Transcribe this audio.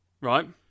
right